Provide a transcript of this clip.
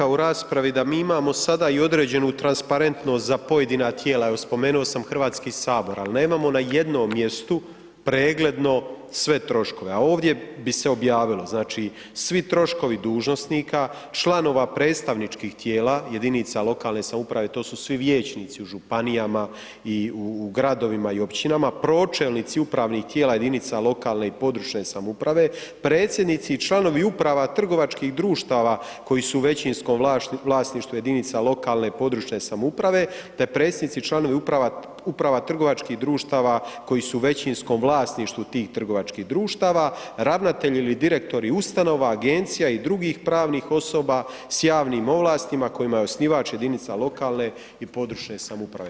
To sam i rekao u raspravi da mi imamo sada i određenu transparentnost za pojedina tijela, spomenuo sam Hrvatski sabor ali nemamo na jednom mjestu pregledno sve troškove a ovdje bi se objavilo znači svi troškovi dužnosnika, članova predstavničkih tijela jedinica lokalne samouprave, to su svi vijećnici u županijama i u gradovima i općinama, pročelnici upravnih tijela jedinica lokalne i područne samouprave, predsjednici i članovi uprava trgovačkih društava koji su u većinskom vlasništvu jedinica lokalne i područne samouprave te predsjednici i članovi uprava trgovačkih društava koji su u većinskom vlasništvu tih trgovačkih društava, ravnatelji ili direktora ustanova, agencija i drugih pravnih osoba s javnim ovlastima kojima je osnivač jedinica lokalne i područne samouprave.